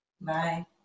Bye